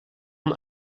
een